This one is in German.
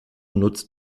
nutzt